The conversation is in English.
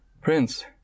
Prince